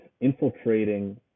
infiltrating